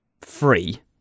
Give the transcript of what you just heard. free